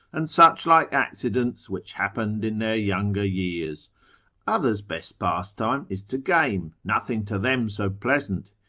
and such like accidents, which happened in their younger years others' best pastime is to game, nothing to them so pleasant.